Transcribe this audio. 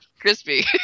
crispy